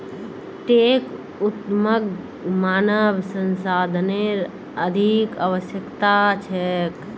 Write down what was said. tech उद्यमक मानव संसाधनेर अधिक आवश्यकता छेक